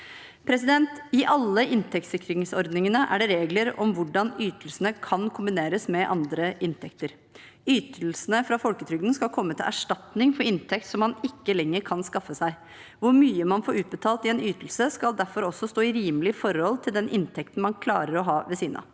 I alle inntektssikringsordningene er det regler om hvordan ytelsene kan kombineres med andre inntekter. Ytelsene fra folketrygden skal komme til erstatning for inntekt som man ikke lenger kan skaffe seg. Hvor mye man får utbetalt i en ytelse, skal derfor også stå i rimelig forhold til den inntekten man klarer å ha ved siden av.